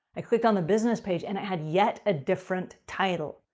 i clicked on the business page and it had yet a different title.